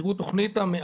תוכנית ה-100